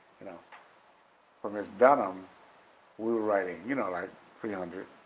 you know for miss dunham we were writing you know like three hundred,